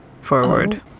forward